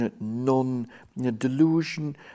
non-delusion